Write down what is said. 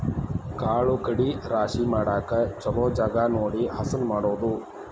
ಕಾಳು ಕಡಿ ರಾಶಿ ಮಾಡಾಕ ಚುಲೊ ಜಗಾ ನೋಡಿ ಹಸನ ಮಾಡುದು